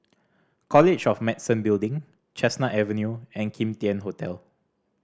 College of Medicine Building Chestnut Avenue and Kim Tian Hotel